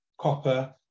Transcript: copper